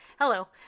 Hello